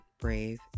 Brave